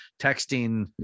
texting